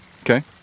Okay